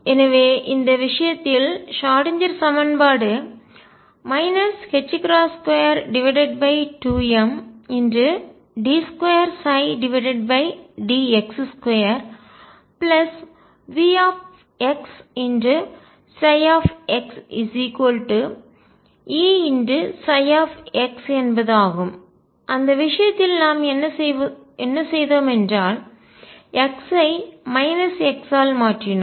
எனவே இந்த விஷயத்தில் ஷ்ராடின்ஜெர் சமன்பாடு 22md2dx2VxxEψx என்பது ஆகும் அந்த விஷயத்தில் நாம் என்ன செய்தோம் என்றால் x ஐ x ஆல் மாற்றினோம்